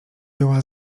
była